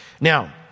Now